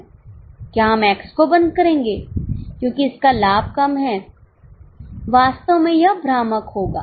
क्या हम X को बंद करेंगे क्योंकि इसका लाभ कम है वास्तव में यह भ्रामक होगा